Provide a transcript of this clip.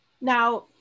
Now